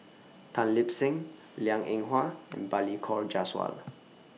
Tan Lip Seng Liang Eng Hwa and Balli Kaur Jaswal